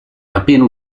appena